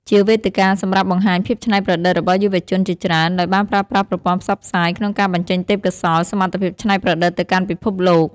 ជាវេទិកាសម្រាប់បង្ហាញភាពច្នៃប្រឌិតរបស់យុវជនជាច្រើន ដោយបានប្រើប្រាស់ប្រព័ន្ធផ្សព្វផ្សាយ ក្នុងការបញ្ចេញទេពកោសល្យ សមត្ថភាពច្នៃប្រឌិតទៅកាន់ពិភពលោក។